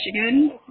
Michigan